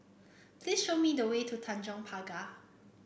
please show me the way to Tanjong Pagar